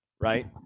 right